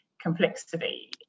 complexity